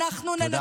אנחנו ננצח.